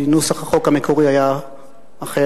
כי נוסח החוק המקורי היה אחר,